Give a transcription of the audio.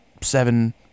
seven